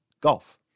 golf